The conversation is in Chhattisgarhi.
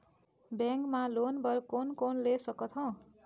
बैंक मा लोन बर कोन कोन ले सकथों?